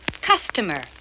Customer